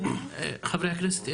חברי הכנסת,